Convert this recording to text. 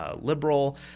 liberal